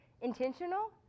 intentional